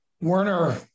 Werner